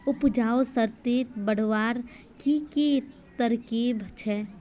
उपजाऊ शक्ति बढ़वार की की तरकीब छे?